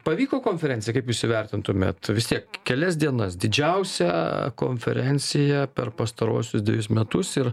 pavyko konferencija kaip jūs įvertintumėt vis tiek kelias dienas didžiausia konferencija per pastaruosius dvejus metus ir